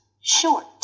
short